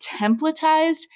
templatized